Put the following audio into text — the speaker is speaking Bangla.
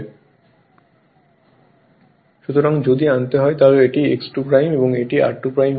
রেফার স্লাইড টাইম 3235 সুতরাং যদি আনতে হয় তাহলে এটি X2 এবং এটি r2 হয়